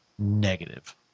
negative